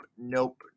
nope